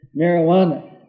marijuana